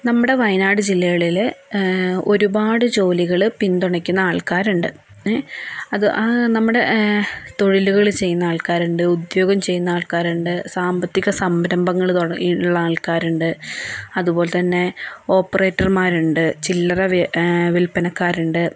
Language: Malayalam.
നമ്മുടെ വയനാട് ജില്ലകളില് ഒരുപാട് ജോലികള് പിന്തുണയ്ക്കുന്ന ആൾക്കാര് ഉണ്ട് അത് ആ നമ്മുടെ തൊഴിലുകൾ ചെയ്യുന്ന ആൾക്കാരുണ്ട് ഉദ്യോഗം ചെയ്യുന്ന ആൾക്കാരുണ്ട് സാമ്പത്തിക സംരംഭങ്ങള് തുടങ്ങി ഉള്ള ആൾക്കാരുണ്ട് അതുപോലെത്തന്നെ ഓപ്പറേറ്റർമാരുണ്ട് ചില്ലറ വില്പ വില്പനക്കാരുണ്ട്